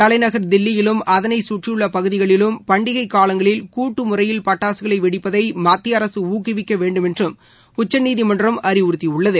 தலைநகர் தில்லியிலும் அதளை கற்றியுள்ள பகுதிகளிலும் பண்டிகைக் காலங்களில் கூட்டு முறையில் பட்டாககளை வெடிப்பதை மத்திய அரசு ஊக்குவிக்க வேண்டுமென்றும் உச்சநீதிமன்றம் அறிவுறுத்தியுள்ளது